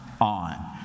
on